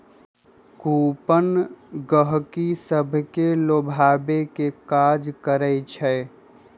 coupon गहकि सभके लोभावे के काज करइ छइ